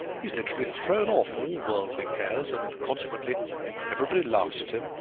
he has literally thrown off all worldly cares and consequently everybody laughs at him,